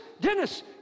Dennis